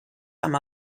amb